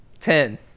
Ten